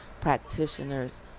practitioners